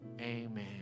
amen